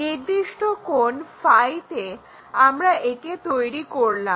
নির্দিষ্ট কোণ তে আমরা একে তৈরি করলাম